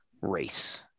race